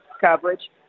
coverage